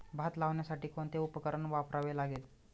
भात लावण्यासाठी कोणते उपकरण वापरावे लागेल?